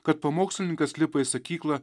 kad pamokslininkas lipa į sakyklą